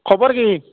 খবৰ কি